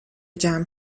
جمع